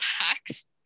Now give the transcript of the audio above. packs